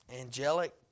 angelic